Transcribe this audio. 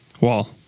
Wall